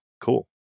cool